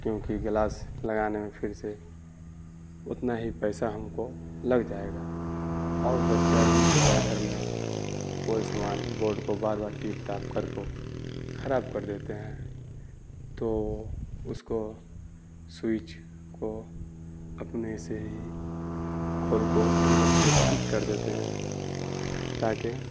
کیونکہ گلاس لگانے میں پھر سے اتنا ہی پیسہ ہم کو لگ جائے گا اور بچہ ہی تو ہے گھر میں کوئی سامان بورڈ کو بار بار ٹیپ ٹاپ کر کو خراب کر دیتے ہیں تو اس کو سویچ کو اپنے سے ہی کھول کو اندر سے ٹھیک کر دیتے ہیں تاکہ